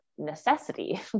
Necessity